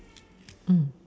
mm